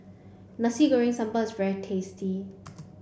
Nasi Goreng Sambal is very tasty